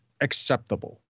acceptable